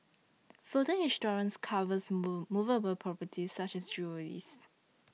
floater insurance covers move movable properties such as jewellery